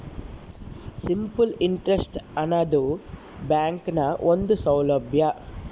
simple interest ಆನದು ಬ್ಯಾಂಕ್ನ ಒಂದು ಸೌಲಬ್ಯಾ